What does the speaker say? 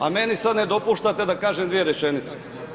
A meni sad ne dopuštate da kažem dvije rečenice.